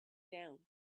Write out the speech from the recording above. down